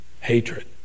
Hatred